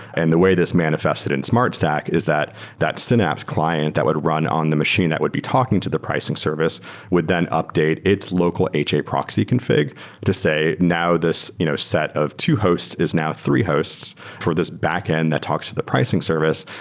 and the way this manifested in smartstack is that that synapse client that would run on the machine that would be talking to the pricing service would then update its local ha proxy config to say, now, this you know set of two hosts is now three hosts for this backend that talks to the pricing service,